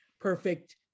perfect